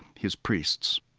his priests.